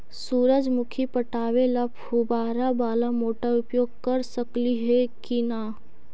सुरजमुखी पटावे ल फुबारा बाला मोटर उपयोग कर सकली हे की न?